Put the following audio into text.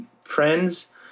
friends